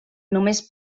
només